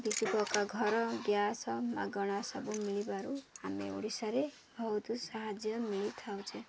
ବିଜୁ ପକ୍କା ଘର ଗ୍ୟାସ୍ ମାଗଣା ସବୁ ମିଳିବାରୁ ଆମେ ଓଡ଼ିଶାରେ ବହୁତୁ ସାହାଯ୍ୟ ମିଳି ଥାଉଛି